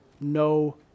no